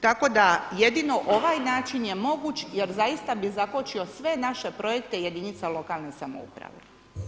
Tako da jedino ovaj način je moguće jer zaista bi zakočio sve naše projekte jedinica lokalne samouprave.